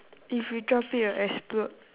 if you drop it it'll explode